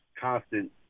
constant